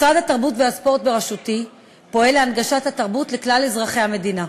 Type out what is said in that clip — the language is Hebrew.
משרד התרבות והספורט בראשותי פועל להנגשת התרבות לכלל אזרחי המדינה.